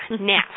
Now